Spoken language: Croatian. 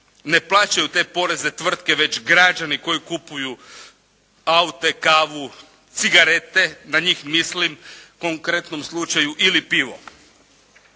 ne plaćaju te poreze tvrtke već građani koji kupuju aute, kavu, cigarete, na njih mislim konkretnom slučaju ili pivo.